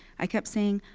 i kept saying,